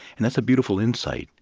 and that's a beautiful insight.